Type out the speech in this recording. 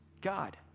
God